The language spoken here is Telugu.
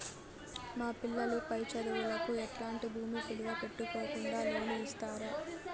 మా పిల్లలు పై చదువులకు ఎట్లాంటి భూమి కుదువు పెట్టుకోకుండా లోను ఇస్తారా